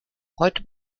heute